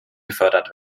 gefördert